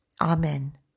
Amen